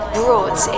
brought